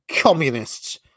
communists